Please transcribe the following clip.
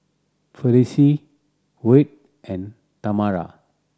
Felicie Wirt and Tamera